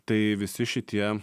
tai visi šitie